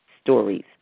stories